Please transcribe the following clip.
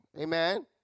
amen